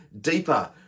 deeper